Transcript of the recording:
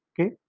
okay